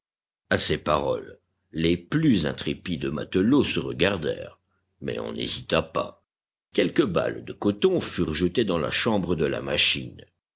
ces paroles les plus intrépides matelots se regardèrent mais on n'hésita pas quelques balles de coton furent jetées dans la chambre de la machine